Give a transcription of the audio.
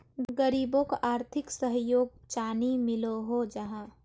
गरीबोक आर्थिक सहयोग चानी मिलोहो जाहा?